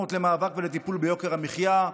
רפורמות למאבק ולטיפול ביוקר המחיה,